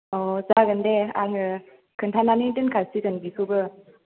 औ जागोन दे आङो खोन्थानानै दोनखासिगोन बिखौबो